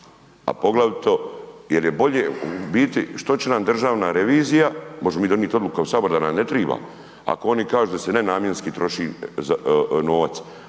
a poglavito jer je bolje u biti, što će nam državna revizija, možemo mi donijeti odluku u Saboru da nam ne treba. Ako oni kažu da se nenamjenski troši novac,